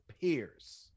peers